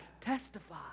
Testify